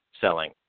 selling